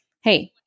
hey